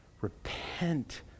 Repent